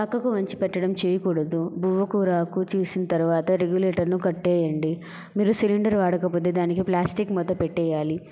పక్కకు వంచిపెట్టడం చేయకూడదు బువ్వ కూరాకు చేసిన తరువాత రేగుటేర్ ను కట్టేయండి మీరు సిలిండర్ వాడకపోతే దానికి ప్లాస్టిక్ మూత పెట్టెయ్యాలి